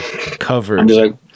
covered